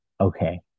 okay